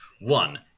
one